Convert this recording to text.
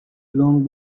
long